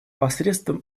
посредством